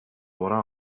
уран